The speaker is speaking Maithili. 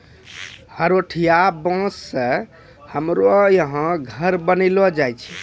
हरोठिया बाँस से हमरो यहा घर बनैलो जाय छै